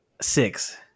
six